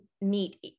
meet